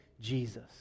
Jesus